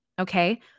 Okay